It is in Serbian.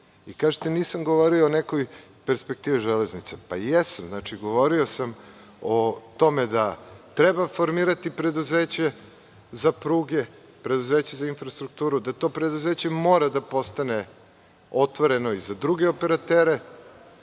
Vi kažete nisam govorio o nekoj perspektivi železnica. Pa, jesam, govorio sam o tome da treba formirati preduzeće za pruge, preduzeće za infrastrukturu, da to preduzeće mora da postane otvoreno i za druge operatere,